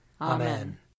Amen